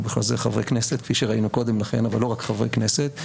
ובכלל זה חברי כנסת כפי שראינו קודם לכן אבל לא רק חברי כנסת,